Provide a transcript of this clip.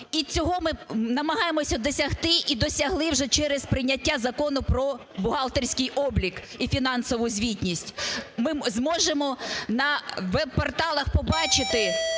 І цього ми намагаємося досягти і досягли вже через прийняття Закону про бухгалтерський облік і фінансову звітність. Ми зможемо на веб-порталах побачити